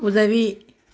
உதவி